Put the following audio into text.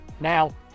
Now